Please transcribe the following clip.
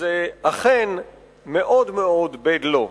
וזה אכן מאוד מאוד bad law.